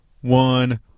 one